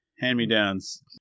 Hand-me-downs